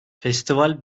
festival